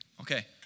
Okay